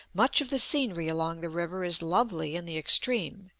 much of the scenery along the river is lovely in the extreme,